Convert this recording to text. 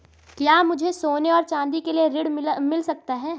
क्या मुझे सोने और चाँदी के लिए ऋण मिल सकता है?